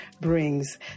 brings